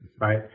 right